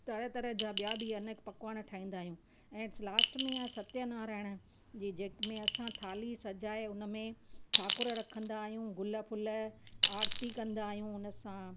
तरह तरह जा ॿिया बि अनेक पकवान ठाहींदा आहियूं ऐं लास्ट में आहे सत्यनारायण जंहिं में असां थाली सजाए उनमें ठाकुर रखंदा आहियूं गुल फुल आरती कंदा आहियूं उनसां